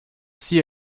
see